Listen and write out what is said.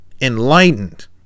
enlightened